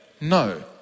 no